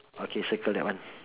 okay circle that one